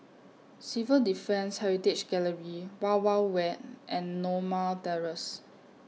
Civil Defence Heritage Gallery Wild Wild Wet and Norma Terrace